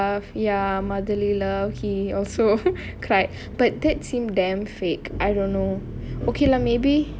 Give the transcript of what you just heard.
affection and stuff ya motherly love he also cried but that seem damn fake I don't know okay lah maybe